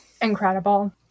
Incredible